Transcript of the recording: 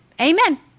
Amen